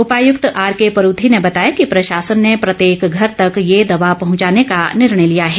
उपायुक्त आरके परूथी ने बताया कि प्रशासन ने प्रत्येक घर तक ये दवा पहुंचाने का निर्णय लिया है